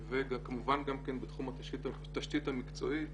כמובן גם בתחום התשתית המקצועית